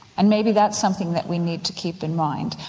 and maybe that's something that we need to keep in mind.